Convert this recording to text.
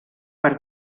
per